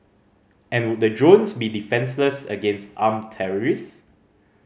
and would the drones be defenceless against armed terrorist